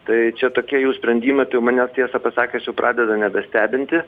tai čia tokie jų sprendimai tai jau manęs tiesą pasakius jau pradeda nebestebinti